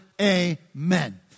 amen